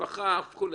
משפחה וכו'.